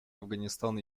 афганистан